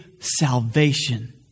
salvation